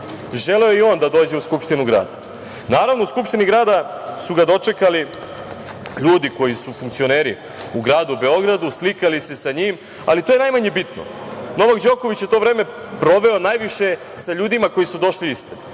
želeo je i on da dođe u Skupštinu grada. Naravno u Skupštini grada su ga dočekali ljudi koji su funkcioneri u gradu Beogradu, slikali se sa njim, ali to je najmanje bitno. Novak Đoković je to vreme proveo najviše sa ljudima koji su došli ispred,